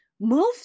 move